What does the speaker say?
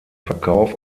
verkauf